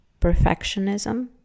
perfectionism